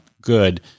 good